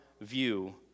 view